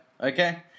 Okay